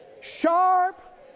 sharp